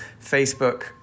Facebook